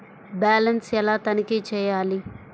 Balance ఎలా తనిఖీ చేయాలి?